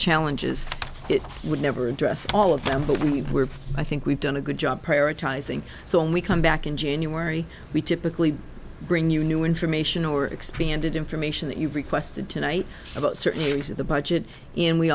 challenges it would never address all of them but we were i think we've done a good job prioritizing so when we come back in january we typically bring you new information or expanded information that you requested tonight about certain areas of the budget and we